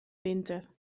winter